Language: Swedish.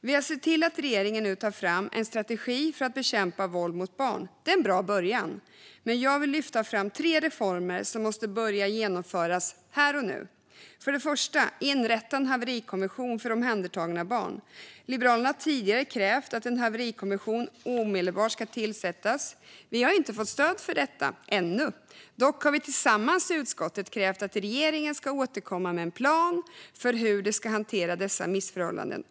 Vi har sett till att regeringen nu tar fram en strategi för att bekämpa våld mot barn. Det är en bra början. Men jag vill lyfta fram tre reformer som måste börja genomföras här och nu. För det första: Inrätta en haverikommission för omhändertagna barn! Liberalerna har tidigare krävt att en haverikommission omedelbart ska tillsättas. Vi har inte fått stöd för detta - ännu. Dock har vi tillsammans i utskottet krävt att regeringen ska återkomma med en plan för hur man ska hantera dessa missförhållanden.